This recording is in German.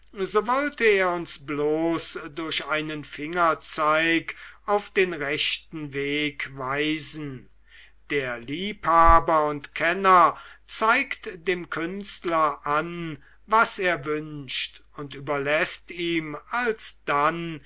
wollte er uns bloß durch einen fingerzeig auf den rechten weg weisen der liebhaber und kenner zeigt dem künstler an was er wünscht und überläßt ihm alsdann